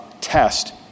test